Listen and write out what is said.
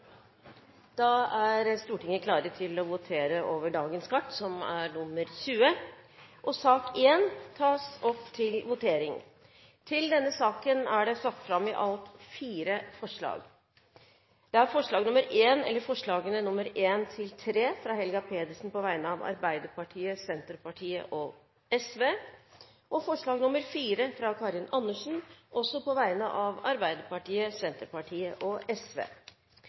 Da er vi klar til å gå til votering. Under debatten er det satt fram i alt fire forslag. Det er forslagene nr. 1–3, fra Helga Pedersen på vegne av Arbeiderpartiet, Senterpartiet og SV forslag nr. 4, fra Karin Andersen på vegne av Arbeiderpartiet, Senterpartiet og